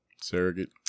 surrogate